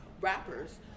Rappers